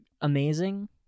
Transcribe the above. amazing